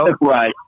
right